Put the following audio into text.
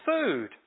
food